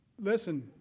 Listen